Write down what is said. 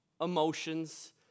emotions